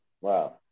Wow